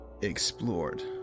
explored